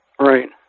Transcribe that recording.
right